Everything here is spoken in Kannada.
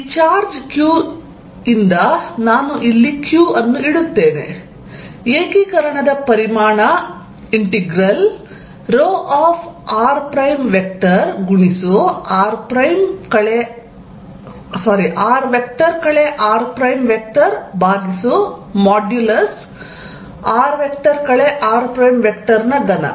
ಈ ಚಾರ್ಜ್ q ರಿಂದ ನಾನು ಇಲ್ಲಿ q ಅನ್ನು ಇಡುತ್ತೇನೆ ಏಕೀಕರಣದ ಪರಿಮಾಣ ಇಂಟೆಗ್ರಾಲ್ ρrr r ಭಾಗಿಸು ಮಾಡ್ಯುಲಸ್ r r ನ ಘನ